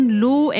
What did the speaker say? low